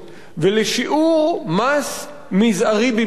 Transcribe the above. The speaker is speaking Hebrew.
ולשיעור מס מזערי במיוחד.